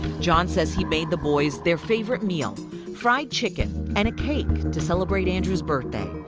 john said he made the boys their favorite meal fried chicken and a cake to celebrate andrew's birthday.